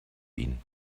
ihn